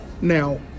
Now